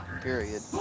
period